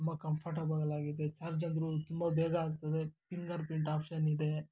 ತುಂಬ ಕಂಫರ್ಟಬಲ್ ಆಗಿದೆ ಚಾರ್ಜ್ ಆದರೂ ತುಂಬ ಬೇಗ ಆಗ್ತದೆ ಫಿಂಗರ್ ಪ್ರಿಂಟ್ ಆಪ್ಷನ್ ಇದೆ